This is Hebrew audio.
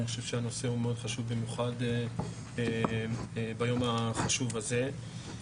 הנושא הוא מאוד חשוב, במיוחד ביום החשוב הזה.